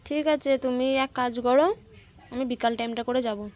ঠিক আছে তুমি এক কাজ করো আমি বিকাল টাইমটা করে যাব